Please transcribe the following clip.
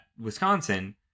Wisconsin